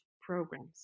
programs